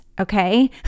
okay